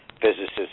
physicists